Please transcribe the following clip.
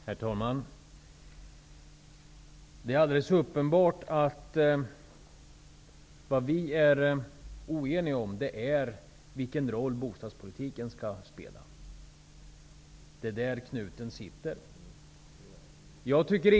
Herr talman! Det är alldeles uppenbart att det vi är oeniga om är vilken roll bostadspolitiken skall spela. Det är det som är knuten.